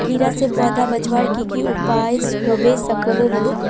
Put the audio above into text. कीड़ा से पौधा बचवार की की उपाय होबे सकोहो होबे?